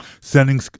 sending